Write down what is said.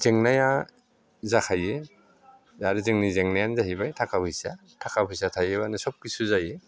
जेंनाया जाखायो दा बे जोंनि जेंनायानो जाहैबाय थाखा फैसा थाखा फैसा थायोबानो सब खिसु जायो